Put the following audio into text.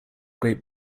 great